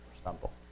stumble